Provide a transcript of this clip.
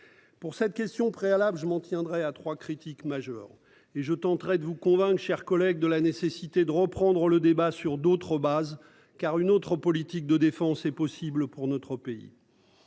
Pour cette question préalable, je m'en tiendrai à 3 critiques majeures et je tenterai de vous convainc chers collègues de la nécessité de reprendre le débat sur d'autres bases. Car une autre politique de défense et possible pour notre pays.